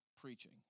preaching